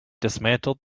dismantled